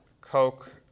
Coke